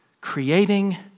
creating